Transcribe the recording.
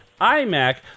iMac